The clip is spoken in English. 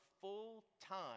full-time